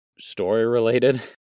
story-related